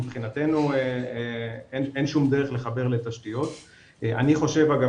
מבחינתנו אין שום דרך לחבר לתשתיות - אני חושב אגב,